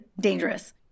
dangerous